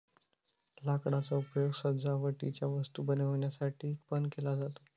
लाकडाचा उपयोग सजावटीच्या वस्तू बनवण्यासाठी पण केला जातो